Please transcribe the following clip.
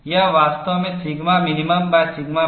यह वास्तव में σmin σmax या KminKmax है